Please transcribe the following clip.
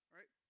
Right